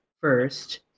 first